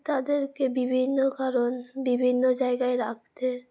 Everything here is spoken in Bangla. তাদেরকে বিভিন্ন কারণ বিভিন্ন জায়গায় রাখতে